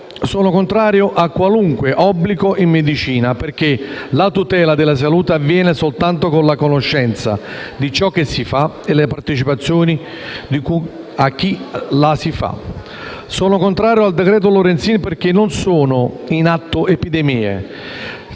sono contrario a qualunque obbligo in medicina, perché la tutela della salute avviene soltanto con la conoscenza di ciò che si fa e la partecipazione di chi la fa. Sono contrario al decreto-legge Lorenzin perché non sono in atto epidemie,